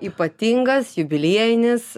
ypatingas jubiliejinis